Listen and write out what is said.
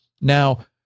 Now